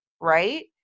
right